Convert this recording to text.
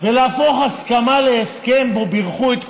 להפוך הסכמה להסכם, פה בירכו את כולם,